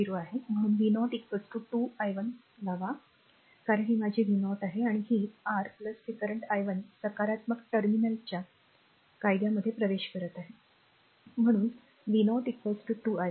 आहे म्हणून v0 2 i 1 लावा कारण हे माझे v0 आहे आणि हे r हे करंट i 1 सकारात्मक टर्मिनलच्या कायद्यामध्ये प्रवेश करत आहे म्हणूनv0 2 i 1